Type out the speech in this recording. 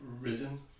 risen